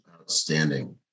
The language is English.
outstanding